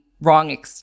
wrong